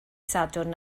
sadwrn